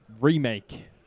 remake